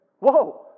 whoa